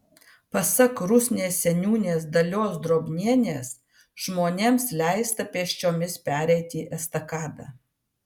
pasak rusnės seniūnės dalios drobnienės žmonėms leista pėsčiomis pereiti estakadą